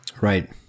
Right